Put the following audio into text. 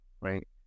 right